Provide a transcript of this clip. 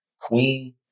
Queen